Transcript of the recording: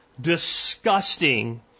disgusting